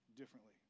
differently